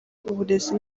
uburezi